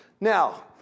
Now